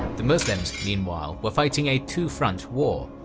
the muslims, meanwhile, were fighting a two-front war,